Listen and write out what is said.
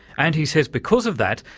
and he says because of that,